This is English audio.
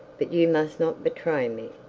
but you must not betray me.